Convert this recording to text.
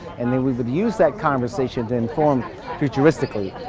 and then we would use that conversation to inform futuristically,